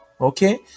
okay